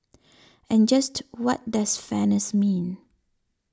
and just what does fairness mean